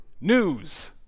news